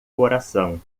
coração